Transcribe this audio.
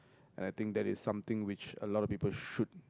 and I think that is something which a lot of people should